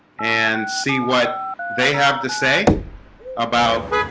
and see what they have to say about